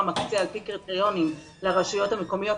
מקצה על פי קריטריונים לרשויות המקומיות,